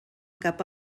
cap